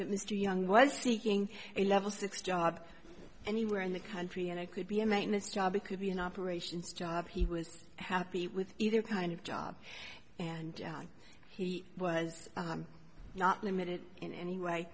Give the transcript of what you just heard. that mr young was seeking a level six job anywhere in the country and i could be a maintenance job it could be an operations job he was happy with either kind of job and he was not limited in any way